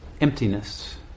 Emptiness